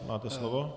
Máte slovo.